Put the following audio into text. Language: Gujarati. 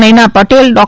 નયના પટેલ ડો